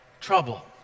trouble